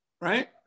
right